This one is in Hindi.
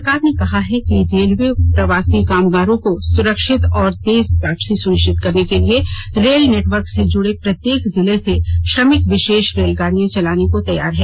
सरकार ने कहा है कि रेलवे प्रवासी कामगारों की सुरक्षित और तेज वापसी सुनिश्चित करने के लिये रेल नेटवर्क से जुड़े प्रत्येक जिले से श्रमिक विशेष रेलगाड़ियां चलाने को तैयार है